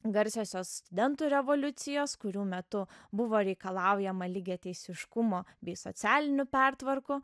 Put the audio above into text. garsiosios studentų revoliucijos kurių metu buvo reikalaujama lygiateisiškumo bei socialinių pertvarkų